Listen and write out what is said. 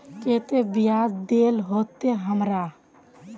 केते बियाज देल होते हमरा?